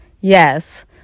Yes